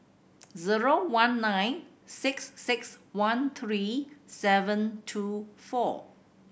zero one nine six six one three seven two four